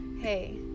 hey